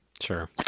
Sure